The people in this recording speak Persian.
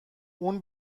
اون